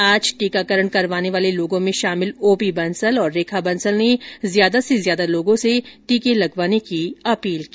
आज टीकाकरण करवाने वाले लोगों में शामिल ओपी बंसल और रेखा बंसल ने ज्यादा से ज्यादा लोगों से टीके लगवाने की अपील की